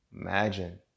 Imagine